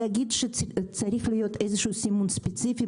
להגיד שצריך להיות איזשהו סימון ספציפי,